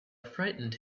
frightened